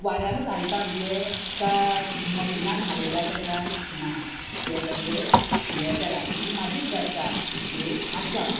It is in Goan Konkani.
वाऱ्यानूत हालता न्हू तें का मशिनान हालयल्या ताका ना तें तशें हें केला ही म्हाजी श्रद्धा देव आसा